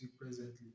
presently